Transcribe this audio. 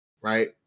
Right